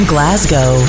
Glasgow